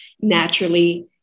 naturally